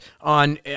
on